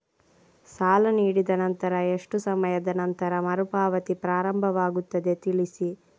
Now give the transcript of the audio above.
ಸಾಲ ನೀಡಿದ ನಂತರ ಎಷ್ಟು ಸಮಯದ ನಂತರ ಮರುಪಾವತಿ ಪ್ರಾರಂಭವಾಗುತ್ತದೆ ತಿಳಿಸಿ?